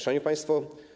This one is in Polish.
Szanowni Państwo!